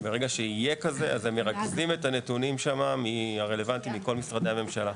ברגע שיהיה כזה הם מרכזים את הנתונים הרלוונטיים שם מכל משרדי הממשלה.